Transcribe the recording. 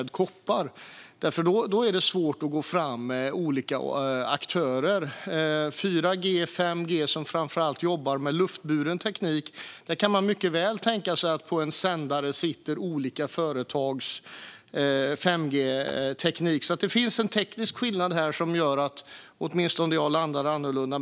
Då är det svårt att gå fram med olika aktörer. Men när det gäller 4G och 5G, som framför allt jobbar med luftburen teknik, kan man mycket väl tänka sig att det på en sändare sitter olika företags 5G-teknik. Det finns alltså en teknisk skillnad här som gör att åtminstone jag landar annorlunda.